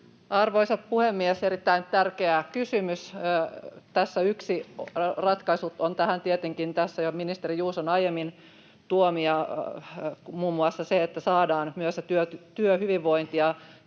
Arvoisa puhemies! Erittäin tärkeä kysymys. Tässä yksi ratkaisu tähän on tietenkin — tässä jo ministeri Juuson aiemmin tuomia — muun muassa se, että saadaan myös työhyvinvointi,